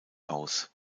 aus